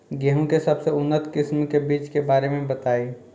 गेहूँ के सबसे उन्नत किस्म के बिज के बारे में बताई?